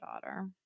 daughter